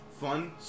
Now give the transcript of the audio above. fun